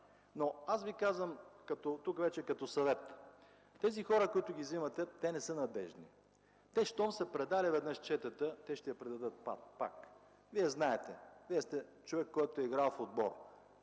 Но аз Ви казвам, тук вече като съвет, че тези хора, които ги взимате, те не са надеждни. Щом те веднъж са предали четата, те ще я предадат пак. Вие знаете, Вие сте човек, който е играл в отбор